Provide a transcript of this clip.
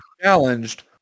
challenged